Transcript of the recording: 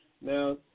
Now